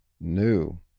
new